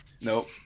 Nope